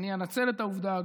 אני אנצל את העובדה,